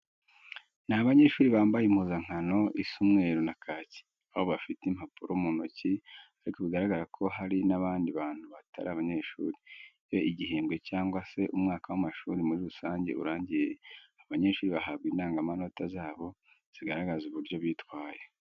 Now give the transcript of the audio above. Ni abanyeshuri bambaye impuzankano isa umweru na kake, aho bafite impapuro mu ntoki ariko bigaragara ko hari n'abandi bantu batari abanyeshuri. Iyo igihembwe cyangwa se umwaka w'amashuri muri rusange urangiye, abanyeshri bahabwa indangamanota zabo zigaragaza uburyo bitwaye.